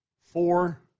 four